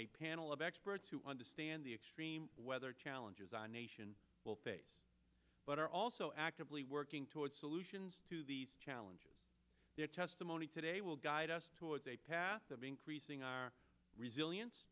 a panel of experts who understand the extreme weather challenges our nation will face but are also actively working towards solutions to these challenges their test money today will guide us towards a path of increasing our resilience